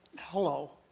hello.